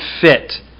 fit